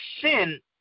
sin